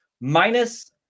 Minus